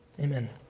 Amen